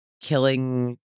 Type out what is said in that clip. killing